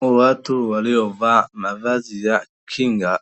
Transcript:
Watu waliovaa mavazi ya kinga,